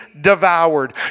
devoured